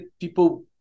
people